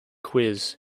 quiz